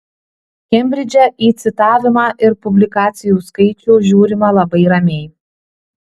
kembridže į citavimą ir publikacijų skaičių žiūrima labai ramiai